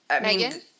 Megan